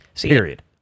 Period